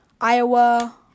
Iowa